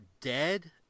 dead